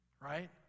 right